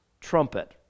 trumpet